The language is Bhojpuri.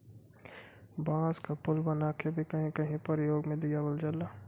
बांस क पुल बनाके भी कहीं कहीं परयोग में लियावल जाला